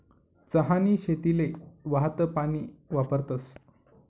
चहानी शेतीले वाहतं पानी वापरतस